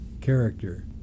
character